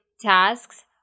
tasks